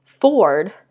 Ford